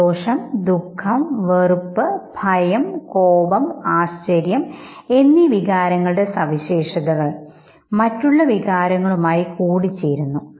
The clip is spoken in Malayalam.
സന്തോഷം ദുഖം വെറുപ്പ് ഭയം കോപം ആശ്ചര്യം എന്നീ വികാരങ്ങളുടെ സവിശേഷതകൾ മറ്റുള്ളവികാരങ്ങളുമായി കൂടിച്ചേരുന്നു